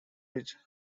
rich